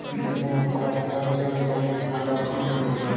ইক রকমের পড়া ফিলালসিয়াল ইকলমিক্স মালে অথ্থলিতির ব্যাপার